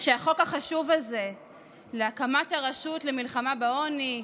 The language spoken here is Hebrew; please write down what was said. שהחוק החשוב הזה להקמת הרשות למלחמה בעוני עולה.